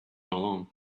alone